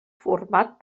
format